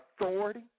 authority